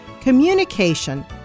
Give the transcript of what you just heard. communication